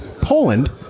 Poland